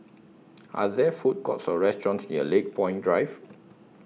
Are There Food Courts Or restaurants near Lakepoint Drive